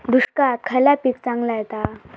दुष्काळात खयला पीक चांगला येता?